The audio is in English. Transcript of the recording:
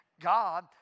God